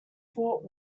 fort